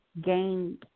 gain